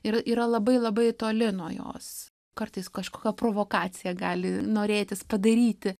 ir yra labai labai toli nuo jos kartais kažkokia provokacija gali norėtis padaryti